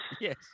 Yes